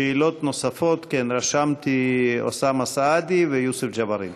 שאלות נוספות, רשמתי, אוסאמה סעדי ויוסף ג'בארין.